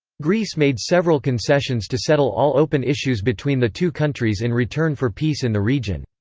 greece made several concessions to settle all open issues between the two countries in return for peace in the region.